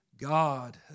God